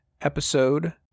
episode